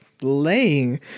laying